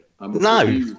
No